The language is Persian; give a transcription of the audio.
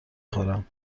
خورم